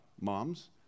Moms